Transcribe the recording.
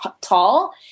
tall